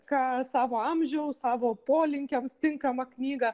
ką savo amžiaus savo polinkiams tinkamą knygą